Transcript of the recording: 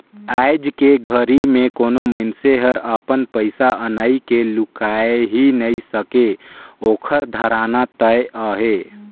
आयज के घरी मे कोनो मइनसे हर अपन पइसा अनई के लुकाय ही नइ सके ओखर धराना तय अहे